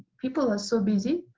people are so busy.